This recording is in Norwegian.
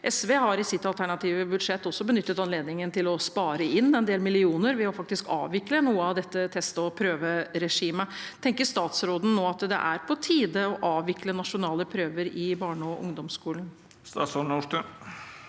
SV har i sitt alternative budsjett også benyttet anledningen til å spare inn en del millioner ved faktisk å avvikle noe av dette test- og prøveregimet. Tenker statsråden nå at det er på tide å avvikle nasjonale prøver i barne- og ungdomsskolen?